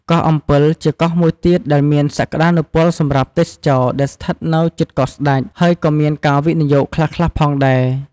កោះអំពិល ជាកោះមួយទៀតដែលមានសក្ដានុពលសម្រាប់ទេសចរណ៍ ដែលស្ថិតនៅជិតកោះស្តេច ហើយក៏មានការវិនិយោគខ្លះៗផងដែរ។